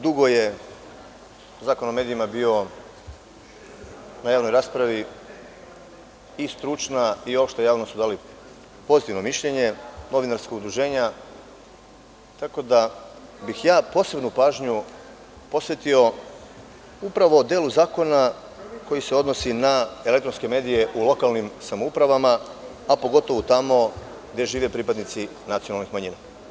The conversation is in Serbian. Dugo je Zakon o medijima bio na javnoj raspravi i stručna i opšta javnost je dala pozitivno mišljenje i novinarska udruženja, tako da bih posebnu pažnju posvetio upravo delu zakona koji se odnosi na elektronske medije u lokalnim samoupravama, a pogotovo tamo gde žive pripadnici nacionalnih manjina.